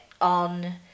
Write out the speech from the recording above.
on